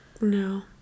No